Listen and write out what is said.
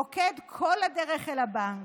רוקד כל הדרך אל הבנק.